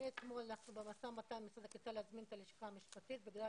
שמאתמול אנחנו במשא ומתן עם משרד הקליטה להזמין את הלשכה המשפטית בגלל